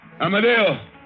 Amadeo